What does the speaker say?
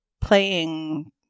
playing